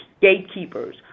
gatekeepers